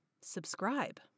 subscribe